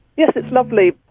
yes, it's lovely.